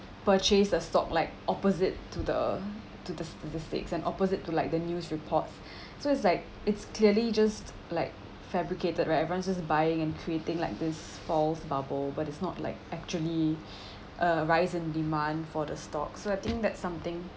purchase a stock like opposite to the to the statistics and opposite to like the news report so it's like it's clearly just like fabricated right everyone's just buying and creating like this false bubble but it's not like actually a rise and demand for the stock so I think that's something